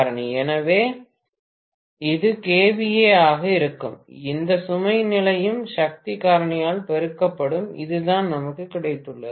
எனவே இது kVA ஆக இருக்கும் எந்த சுமை நிலையும் சக்தி காரணியால் பெருக்கப்படும் இதுதான் நமக்கு கிடைத்துள்ளது